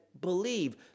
believe